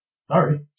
sorry